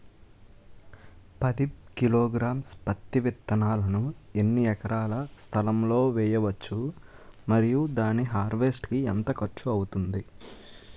పది కిలోగ్రామ్స్ పత్తి విత్తనాలను ఎన్ని ఎకరాల స్థలం లొ వేయవచ్చు? మరియు దాని హార్వెస్ట్ కి ఎంత ఖర్చు అవుతుంది?